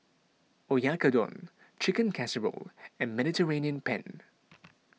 Oyakodon Chicken Casserole and Mediterranean Penne